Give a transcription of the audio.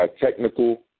technical